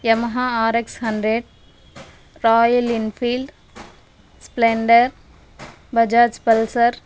Yamaha RX hundred Royal Enfield splendor Bajaj pulsar